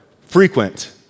frequent